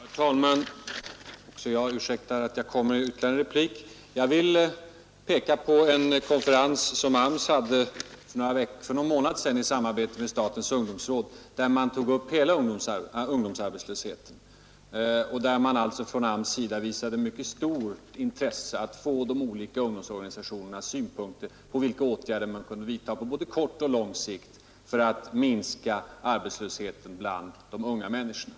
Herr talman! Också jag ber om ursäkt för att jag kommer med ytterligare en replik. Jag vill peka på en konferens som AMS för någon månad sedan anordnade i samarbete med statens ungdomsråd och där man tog upp hela ungdomsarbetslösheten. Från AMS:s sida visades ett mycket stort intresse för att få höra de olika ungdomsorganisationernas synpunkter på vilka åtgärder som borde vidtas, på både kort och lång sikt, i syfte att minska arbetslösheten bland de unga människorna.